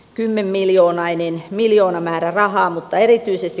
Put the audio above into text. kymmenmiljoonainen miljoonan määrärahaa mutta erityisesti